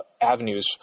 avenues